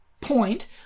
point